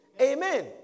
Amen